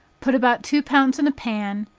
put about two pounds in a pan,